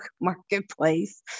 marketplace